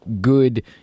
good